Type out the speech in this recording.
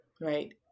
right